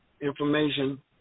information